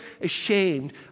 ashamed